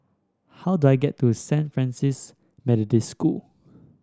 how do I get to Saint Francis Methodist School